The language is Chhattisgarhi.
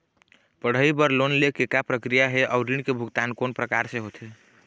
पढ़ई बर लोन ले के का प्रक्रिया हे, अउ ऋण के भुगतान कोन प्रकार से होथे?